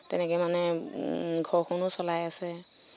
তেনেকৈ মানে ঘৰখনো চলাই আছে